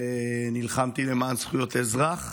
נלחמתי למען זכויות אזרח,